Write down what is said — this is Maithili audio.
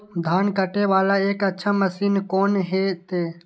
धान कटे वाला एक अच्छा मशीन कोन है ते?